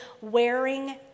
wearing